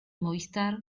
movistar